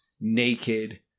Naked